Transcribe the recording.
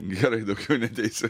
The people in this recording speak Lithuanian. gerai daugiau neateisiu